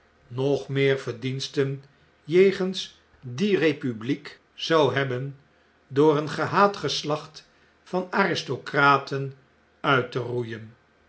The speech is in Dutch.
en paeijs verdiensten jegens die bepubliek zou hebben door een gehaat geslacht van aristocraten uit te roeien